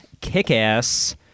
kick-ass